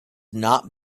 not